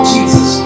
Jesus